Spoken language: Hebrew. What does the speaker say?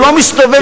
שלא מסתובב,